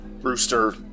Rooster